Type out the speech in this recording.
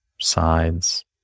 sides